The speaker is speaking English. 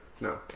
No